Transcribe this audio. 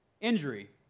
injury